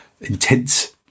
intense